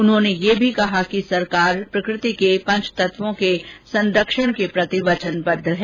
उन्होंने यह भी कहा कि सरकार प्रकृति के पंचतत्वों के संरक्षण के प्रति वचनवद्व है